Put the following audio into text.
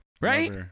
Right